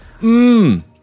Mmm